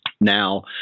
Now